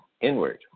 inward